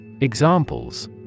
Examples